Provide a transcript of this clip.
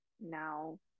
now